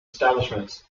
establishments